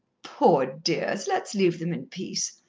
poor dears! let's leave them in peace,